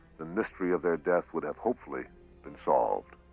the mystery of their death would have hopefully been solved.